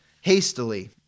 hastily